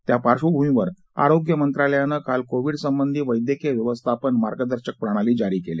त्या पार्श्वभूमीवर आरोग्य मंत्रालयाने काल कोविड संबंधी वैद्यकीय व्यवस्थापन मार्गदर्शक प्रणाली जारी केली